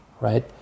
right